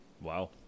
Wow